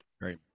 Great